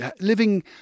living